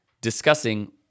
discussing